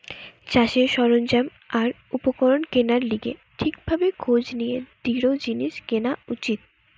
চাষের সরঞ্জাম আর উপকরণ কেনার লিগে ঠিক ভাবে খোঁজ নিয়ে দৃঢ় জিনিস কেনা উচিত